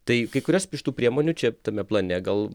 tai kai kurias iš tų priemonių čia tame plane gal